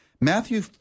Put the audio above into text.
Matthew